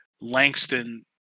Langston